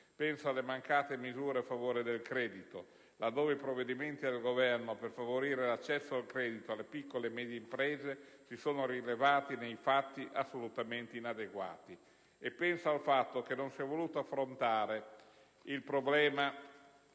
penso alle mancate misure a favore del credito, laddove i provvedimenti del Governo per favorire l'accesso al credito delle piccole e medie imprese si sono rivelati nei fatti assolutamente inadeguati, e penso al fatto che non si è voluto affrontare il problema